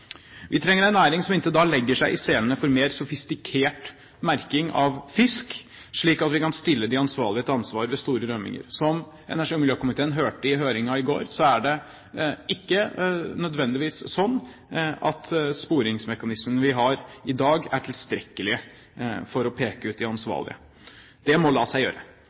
Vi trenger en næring som inntil da legger seg i selen for mer sofistikert merking av fisk, slik at vi kan stille de ansvarlige til ansvar ved store rømninger. Som energi- og miljøkomiteen hørte i høringen i går, er det ikke nødvendigvis slik at sporingsmekanismene vi har i dag, er tilstrekkelige for å peke ut de ansvarlige. Det må la seg gjøre.